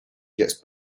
gets